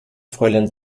fräulein